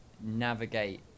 navigate